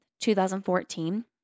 2014